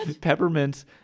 peppermint